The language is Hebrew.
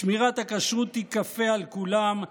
שמירת הכשרות תיכפה על כולם,